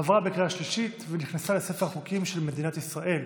עברה בקריאה שלישית ונכנסה לספר החוקים של מדינת ישראל.